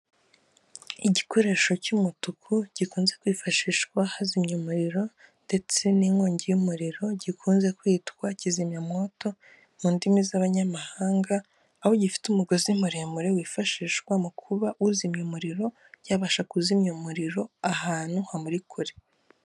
Igikoresho cy'umutuku gikunze kwifashishwa hazimya umuriro ndetse n'inkongi y'umuriro gikunze kwitwa kizimyamwoto mu ndimi z'abanyamahanga, aho gifite umugozi muremure wifashishwa mu kuba uzimya umuriro yabasha kuzimya umuriro ahantu hamuri kure.